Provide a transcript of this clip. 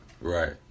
Right